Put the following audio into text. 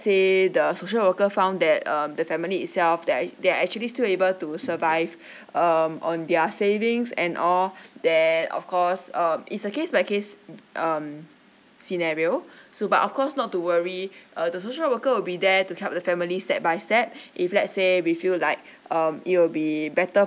say the social worker found that um the family itself they're they are actually still able to survive um on their savings and all then of course um it's a case by case um um scenario so but of course not to worry uh the social worker will be there to help the family step by step if let's say with you like um it will be better